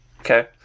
Okay